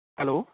hello